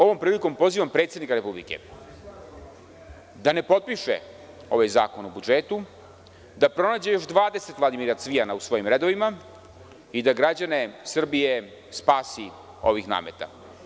Ovom prilikom ja pozivam predsednika Republike da ne potpiše ovaj zakon o budžetu, da pronađe još 20 Vladimira Cvijana u svojim redovima i da građane Srbije spasi ovih nameta.